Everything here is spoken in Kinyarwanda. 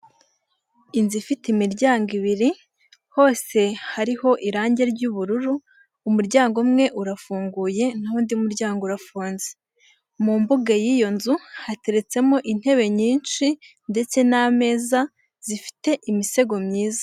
Inzu ifite imiryango ibiri hose hariho irangi ry'ubururu umuryango umwe urafunguye n'undi muryango urafunze mu mbuga y'iyo nzu hateretsemo intebe nyinshi ndetse n'ameza zifite imisego myiza.